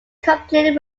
completely